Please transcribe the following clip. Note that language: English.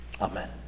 Amen